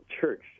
church